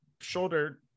shoulder